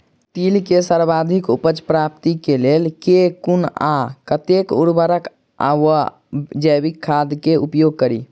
तिल केँ सर्वाधिक उपज प्राप्ति केँ लेल केँ कुन आ कतेक उर्वरक वा जैविक खाद केँ उपयोग करि?